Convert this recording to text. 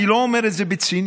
אני לא אומר את זה בציניות.